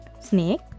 snake